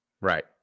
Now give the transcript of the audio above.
Right